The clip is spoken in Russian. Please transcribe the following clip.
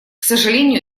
сожалению